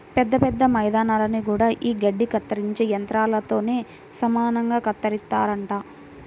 పెద్ద పెద్ద మైదానాల్ని గూడా యీ గడ్డి కత్తిరించే యంత్రాలతోనే సమానంగా కత్తిరిత్తారంట